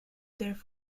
their